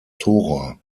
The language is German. tora